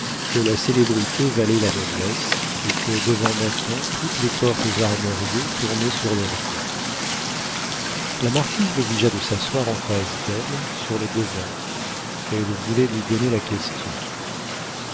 que la célébrité valait la noblesse et que devant nathan toutes les portes armoriées tournaient sur leurs gonds la marquise l'obligea de s'asseoir en face d'elle sur le devant elle voulait lui donner la question